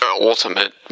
ultimate